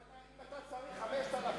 אם אתה צריך 5,000 איש,